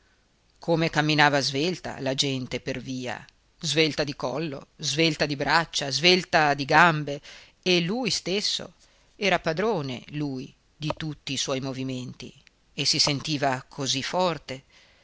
come camminava svelta la gente per via svelta di collo svelta di braccia svelta di gambe e lui stesso era padrone lui di tutti i suoi movimenti e si sentiva così forte